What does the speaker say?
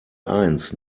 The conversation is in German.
eins